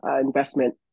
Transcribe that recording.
investment